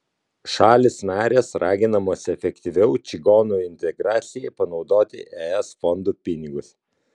šalys narės raginamos efektyviau čigonų integracijai panaudoti es fondų pinigus